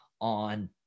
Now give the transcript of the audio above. on